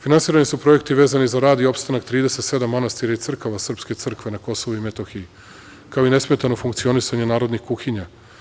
Finansirani su projekti vezani za rad i opstanak 37 manastira i crkava srpske crkve na Kosovu i metohiji, kao i nesmetano funkcionisanje narodnih kuhinja.